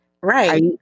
right